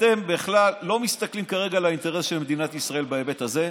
אתם בכלל לא מסתכלים כרגע על האינטרס של מדינת ישראל בהיבט הזה.